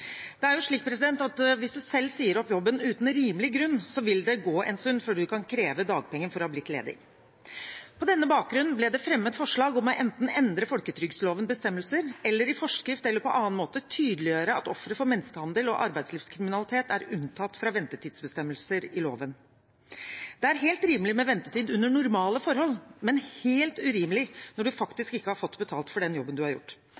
Det er slik at hvis man selv sier opp jobben uten rimelig grunn, vil det gå en stund før man kan kreve dagpenger for å ha blitt ledig. På denne bakgrunn ble det fremmet forslag om enten å endre folketrygdlovens bestemmelser eller i forskrift eller på annen måte tydeliggjøre at ofre for menneskehandel og arbeidslivskriminalitet er unntatt fra ventetidsbestemmelsene i loven. Det er helt rimelig med ventetid under normale forhold, men helt urimelig når man faktisk ikke har fått betalt for den jobben man har gjort.